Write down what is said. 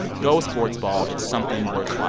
go sportsball. it's something worth like